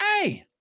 hey